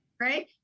right